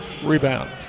rebound